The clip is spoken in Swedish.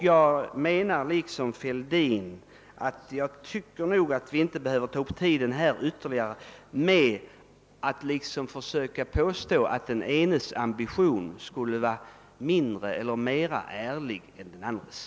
Jag tycker liksom herr Fälldin att vi inte behöver ta upp tiden ytterligare här med att påstå att den enes ambitioner skulle vara mindre ärliga än den andres.